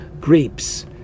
grapes